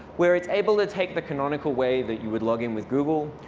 where it's able to take the canonical way that you would login with google,